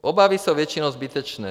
Obavy jsou většinou zbytečné.